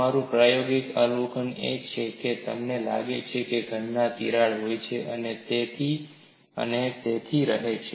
અમારું પ્રાયોગિક અવલોકન એ છે કે તમને લાગે છે કે ઘનમાં તિરાડ હોય છે અને તે તેથી રહે છે